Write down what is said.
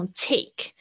take